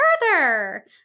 further